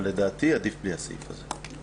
אבל לדעתי, עדיף בלי הסעיף הזה.